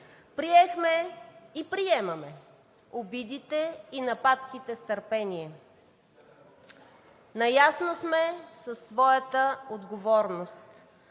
Приехме и приемаме обидите и нападките с търпение. Наясно сме със своята отговорност.